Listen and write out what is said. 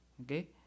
okay